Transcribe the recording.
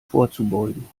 vorzubeugen